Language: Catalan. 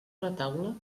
retaule